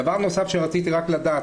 דבר נוסף שרציתי לדעת,